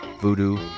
voodoo